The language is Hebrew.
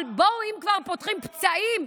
אבל בואו, אם כבר פותחים פצעים,